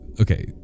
Okay